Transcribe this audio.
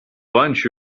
bunch